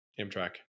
Amtrak